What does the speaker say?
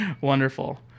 Wonderful